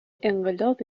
انقلاب